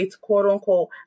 quote-unquote